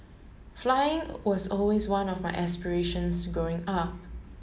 flying was always one of my aspirations growing up